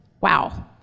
Wow